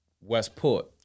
Westport